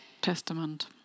Testament